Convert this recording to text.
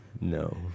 no